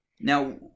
Now